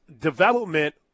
development